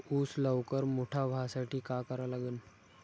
ऊस लवकर मोठा व्हासाठी का करा लागन?